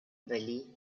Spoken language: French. bali